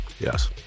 Yes